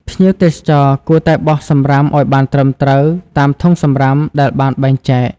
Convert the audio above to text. ភ្ញៀវទេសចរគួរតែបោះសំរាមឱ្យបានត្រឹមត្រូវតាមធុងសំរាមដែលបានបែងចែក។